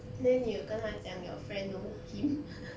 then 你有跟他讲 your friend known him